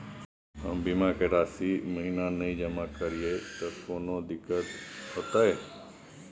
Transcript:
हम बीमा के राशि महीना महीना नय जमा करिए त कोनो दिक्कतों होतय?